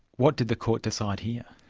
what did the court decide here?